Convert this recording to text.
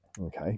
okay